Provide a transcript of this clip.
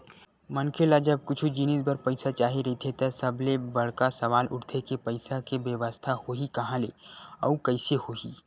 मनखे ल जब कुछु जिनिस बर पइसा चाही रहिथे त सबले बड़का सवाल उठथे के पइसा के बेवस्था होही काँहा ले अउ कइसे होही